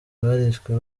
barishwe